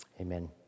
Amen